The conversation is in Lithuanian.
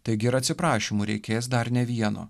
taigi ir atsiprašymų reikės dar ne vieno